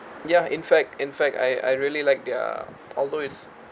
ya in fact in fact I I really like their although is